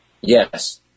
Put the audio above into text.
Yes